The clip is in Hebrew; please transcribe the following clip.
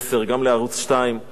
יש פה מקום עבודה,